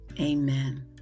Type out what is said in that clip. Amen